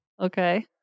Okay